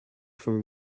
from